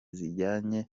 zijyanye